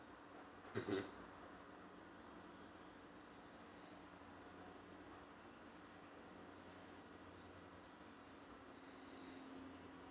mmhmm